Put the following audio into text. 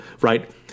Right